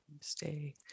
Stay